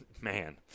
Man